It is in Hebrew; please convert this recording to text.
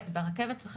ברכבת לא